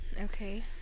Okay